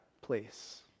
place